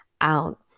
out